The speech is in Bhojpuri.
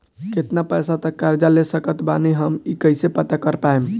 केतना पैसा तक कर्जा ले सकत बानी हम ई कइसे पता कर पाएम?